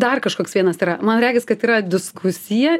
dar kažkoks vienas tai yra man regis kad yra diskusija